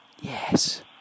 Yes